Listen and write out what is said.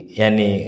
yani